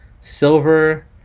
Silver